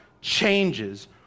changes